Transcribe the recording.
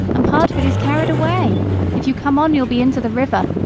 and part of it is carried away if you come on you'll be into the river.